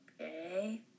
Okay